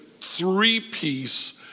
three-piece